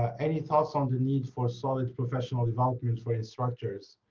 ah any thoughts on the needs for solid professional development for instructors?